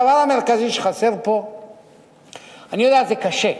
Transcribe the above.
אני יודע זה קשה,